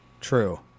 true